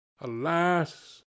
Alas